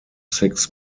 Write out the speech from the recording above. six